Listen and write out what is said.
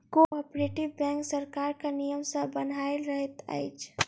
cooperative bank सरकारक नियम सॅ बन्हायल रहैत अछि